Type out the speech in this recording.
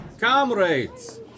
Comrades